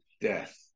death